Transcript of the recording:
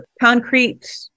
concrete